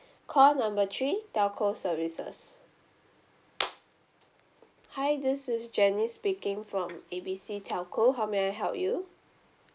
call number three telco services hi this is jenny speaking from A B C telco how may I help you